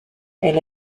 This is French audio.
elle